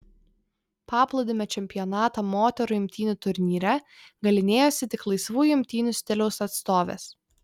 paplūdimio čempionato moterų imtynių turnyre galynėjosi tik laisvųjų imtynių stiliaus atstovės